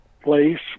place